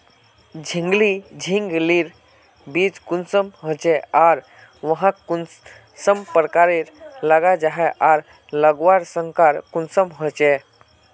झिंगली झिंग लिर बीज कुंसम होचे आर वाहक कुंसम प्रकारेर लगा जाहा आर लगवार संगकर कुंसम होचे?